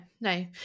no